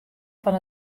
fan